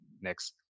next